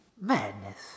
Madness